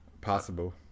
Possible